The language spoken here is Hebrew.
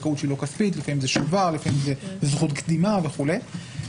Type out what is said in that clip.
גם אם זה --- וגם אם זה שובר וזכות קדימה וכולי.